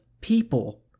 people